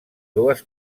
dues